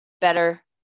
better